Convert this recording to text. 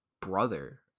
brother